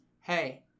hey